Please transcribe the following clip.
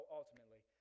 ultimately